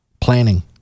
Planning